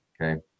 okay